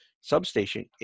substation